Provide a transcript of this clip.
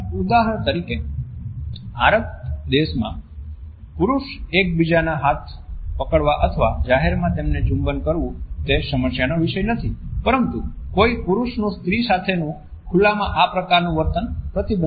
ઉદાહરણ તરીકે આરબ દેશમાં પુરુષો એક બીજાના હાથ પકડવા અથવા જાહેરમાં તેમને ચુંબન કરવું તે સમસ્યા નો વિષય નથી પરંતુ કોઈ પુરુષનું સ્ત્રી સાથેનું ખુલામાં આ પ્રકારનું વર્તન પ્રતિબંધિત છે